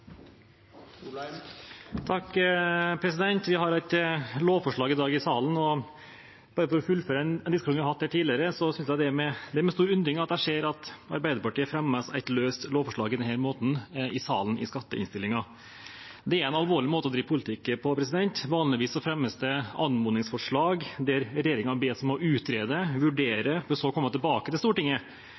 Vi har i dag et lovforslag til behandling i salen. Bare for å fullføre en diskusjon vi har hatt her tidligere: Det er med stor undring jeg ser at Arbeiderpartiet fremmer et løst lovforslag i forbindelse med skatteinnstillingen. Det er en alvorlig måte å drive politikk på. Vanligvis fremmes det anmodningsforslag, der regjeringen bes om å utrede, vurdere, for så komme tilbake til Stortinget